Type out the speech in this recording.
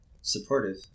supportive